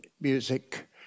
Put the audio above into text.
music